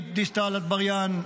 גלית דיסטל אטבריאן,